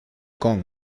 kong